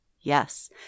Yes